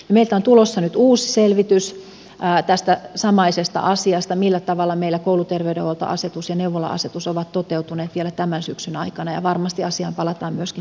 meiltä on tulossa nyt uusi selvitys tästä samaisesta asiasta millä tavalla meillä kouluterveydenhuoltoasetus ja neuvola asetus ovat toteutuneet vielä tämän syksyn aikana ja varmasti asiaan palataan myöskin täällä salissa